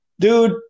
Dude